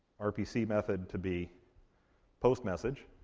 rpc method to be postmessage.